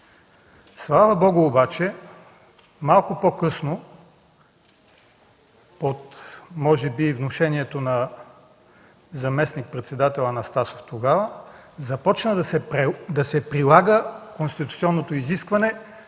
Слава Богу обаче малко по-късно, може би под внушението на заместник-председателя Анастасов тогава, започна да се прилага конституционното изискване